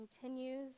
continues